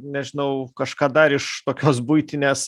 nežinau kažką dar iš tokios buitinės